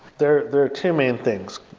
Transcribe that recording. there there are two main things.